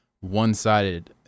one-sided